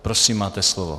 Prosím máte slovo.